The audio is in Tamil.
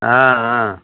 ஆ ஆ